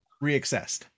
re-accessed